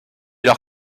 leur